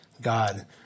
God